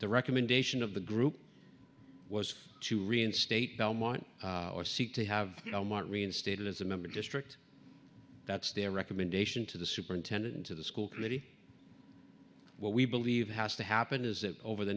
the recommendation of the group was to reinstate belmont or seek to have you know mark reinstated as a member district that's their recommendation to the superintendent to the school committee what we believe has to happen is that over the